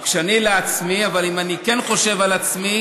"וכשאני לעצמי" אבל אם אני כן חושב על עצמי,